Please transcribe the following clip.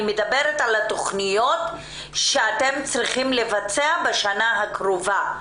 אני מדברת על התכניות שאתם צריכים לבצע בשנה הקרובה.